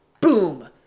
boom